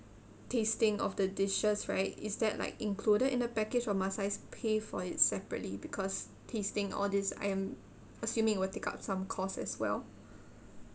tasting of the dishes right is that like included in the package or must I pay for it separately because tasting all this I am assuming will take up some cost as well